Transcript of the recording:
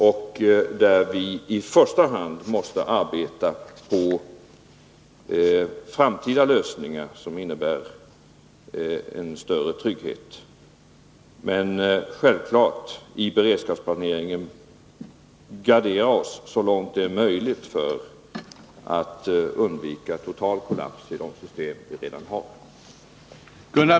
Där måste vi i första hand arbeta med framtida lösningar som innebär en större trygghet, men i beredskapsplaneringen måste vi självfallet gardera oss så långt det är möjligt för att undvika total kollaps i de system vi redan har.